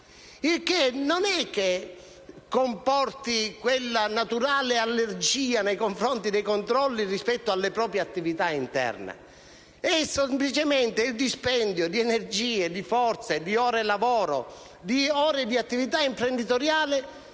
Ciò non comporta la naturale allergia nei confronti dei controlli rispetto alle proprie attività interne, ma comporta semplicemente il dispendio di energie, di forze, di ore lavoro e di ore di attività imprenditoriale,